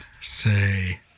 say